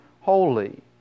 holy